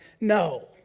No